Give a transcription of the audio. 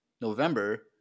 november